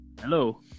Hello